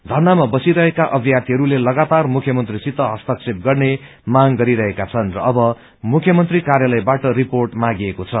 षरनामा बसिरहेका अभ्याधीहरूले लगातार मुख्यमन्त्रीसित हस्तक्षेप गर्ने माग गरिरहेका छन् र अब मुख्यमन्त्री कार्यालयबाट रिपोर्ट मागिएको छ